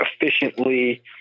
efficiently